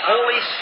Holy